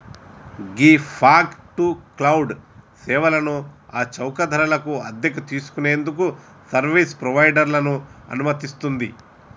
ghee fog to cloud సేవలను ఆ చౌక ధరకు అద్దెకు తీసుకు నేందుకు సర్వీస్ ప్రొవైడర్లను అనుమతిస్తుంది